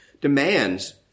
demands